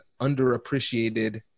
underappreciated